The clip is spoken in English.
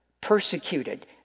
persecuted